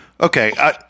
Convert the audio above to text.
Okay